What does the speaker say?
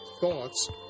thoughts